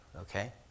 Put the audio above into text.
okay